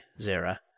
Zara